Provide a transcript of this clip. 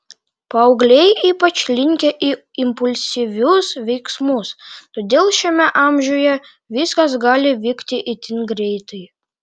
paaugliai ypač linkę į impulsyvius veiksmus todėl šiame amžiuje viskas gali vykti itin greitai